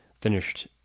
finished